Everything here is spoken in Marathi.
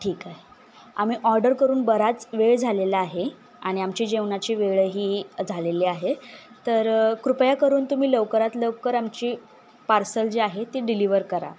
ठीक आहे आम्ही ऑर्डर करून बराच वेळ झालेला आहे आणि आमची जेवणाची वेळही झालेली आहे तर कृपया करून तुम्ही लवकरात लवकर आमची पार्सल जी आहेत ती डिलिव्हर करा